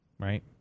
Right